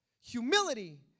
Humility